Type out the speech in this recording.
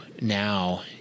now